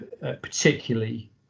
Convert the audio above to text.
particularly